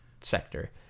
sector